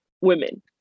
women